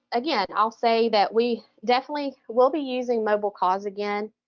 again, i'll say that we definitely will be using mobilecause again.